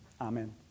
Amen